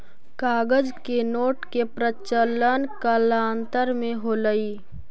कागज के नोट के प्रचलन कालांतर में होलइ